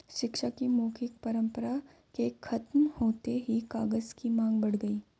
शिक्षा की मौखिक परम्परा के खत्म होते ही कागज की माँग बढ़ गई